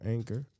Anchor